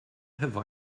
have